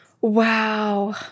Wow